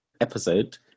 episode